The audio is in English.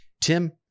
Tim